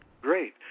Great